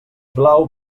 blau